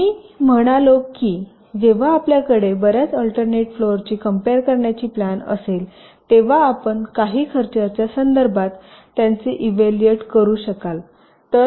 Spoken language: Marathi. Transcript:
ता मी म्हणालो होतो की जेव्हा आपल्याकडे बर्याच अल्टर्नेट फ्लोरची कम्पेर करण्याची प्लॅन असेल तेव्हा आपण काही खर्चाच्या संदर्भात त्यांचे इव्हॅल्युएट करू शकाल